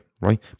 right